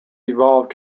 evolved